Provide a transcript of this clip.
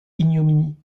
ignominie